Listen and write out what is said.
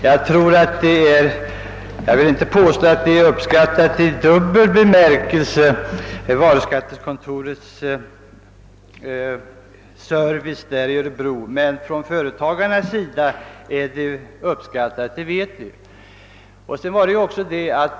Jag vill inte påstå att verksamheten är uppskattad i dubbel bemärkelse, men jag vet att företagarna uppskattat den.